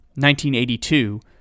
1982